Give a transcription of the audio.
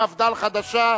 מפד"ל החדשה.